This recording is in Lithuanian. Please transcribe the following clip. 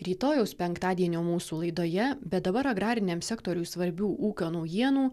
rytojaus penktadienio mūsų laidoje bet dabar agrariniam sektoriui svarbių ūkio naujienų